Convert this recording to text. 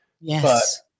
Yes